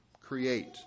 create